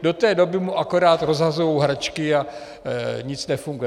Do té doby mu akorát rozhazují hračky a nic nefunguje.